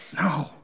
no